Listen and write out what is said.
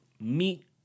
meet